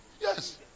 Yes